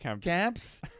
camps